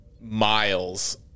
miles